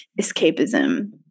escapism